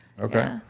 Okay